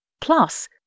Plus